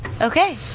Okay